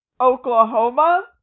Oklahoma